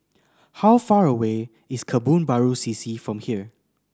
how far away is Kebun Baru C C from here